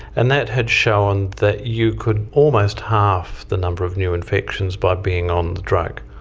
and that had shown that you could almost half the number of new infections by being on the drug.